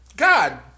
God